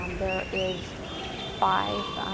um there is five,